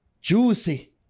Juicy